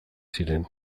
ziren